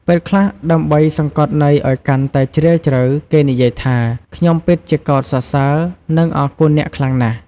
ពេលខ្លះដើម្បីសង្កត់ន័យឱ្យកាន់តែជ្រាលជ្រៅ គេនិយាយថា ខ្ញុំពិតជាកោតសរសើរ និងអរគុណអ្នកខ្លាំងណាស់។